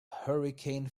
hurricane